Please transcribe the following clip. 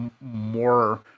more